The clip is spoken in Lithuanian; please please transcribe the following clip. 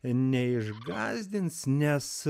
neišgąsdins nes